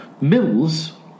Mills